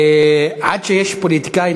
עד שיש פוליטיקאי,